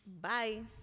Bye